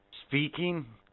Speaking